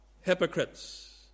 hypocrites